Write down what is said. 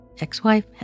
ex-wife